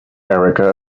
erika